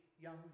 young